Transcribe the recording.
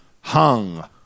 Hung